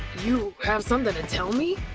you have something to tell me?